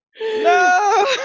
No